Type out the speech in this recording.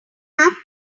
have